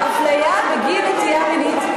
אפליה בגין נטייה מינית.